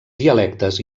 dialectes